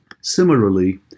Similarly